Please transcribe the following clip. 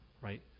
right